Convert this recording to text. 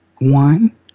One